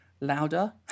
louder